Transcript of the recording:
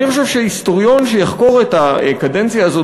אני חושב שהיסטוריון שיחקור את הקדנציה הזאת